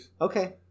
Okay